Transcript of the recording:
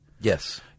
Yes